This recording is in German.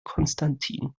konstantin